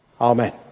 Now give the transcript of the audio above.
Amen